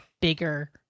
bigger